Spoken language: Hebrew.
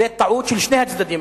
זו טעות של שני הצדדים,